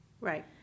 Right